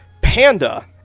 Panda